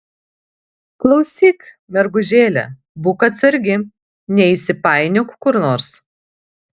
klausyk mergužėle būk atsargi neįsipainiok kur nors